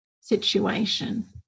situation